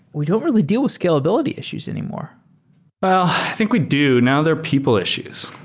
we don't really deal with scalability issues anymore well, i think we do. now there people issues.